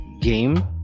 game